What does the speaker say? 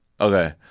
okay